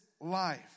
life